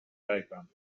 diagram